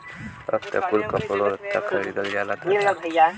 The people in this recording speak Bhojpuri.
अब त कुल कपड़ो लत्ता खरीदल जाला दादा